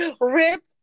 Ripped